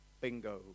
Bingo